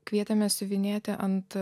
kvietėme siuvinėti ant